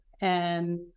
And-